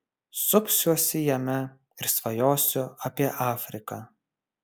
supsiuosi jame ir svajosiu apie afriką